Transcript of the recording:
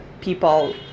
people